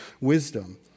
wisdom